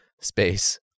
space